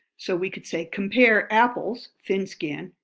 so, we could say, compare apples, thin-skinned,